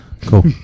Cool